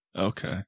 Okay